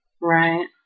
Right